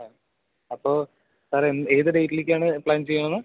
ആ അപ്പോ സാർ എന്ത് ഏത് ഡേറ്റിലേക്കാണ് പ്ലാൻ ചെയ്യുന്നത്